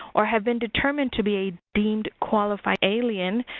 or have been determined to be deemed qualified alien,